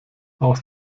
aus